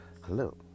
hello